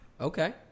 okay